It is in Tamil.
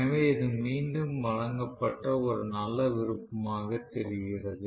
எனவே இது மீண்டும் வழங்கப்பட்ட ஒரு நல்ல விருப்பமாக தெரிகிறது